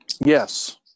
Yes